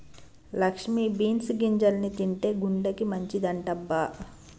Lakshmi beans గింజల్ని తింటే గుండెకి మంచిదంటబ్బ